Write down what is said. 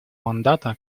мандата